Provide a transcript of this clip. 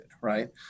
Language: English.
right